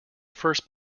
first